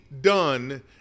done